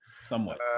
Somewhat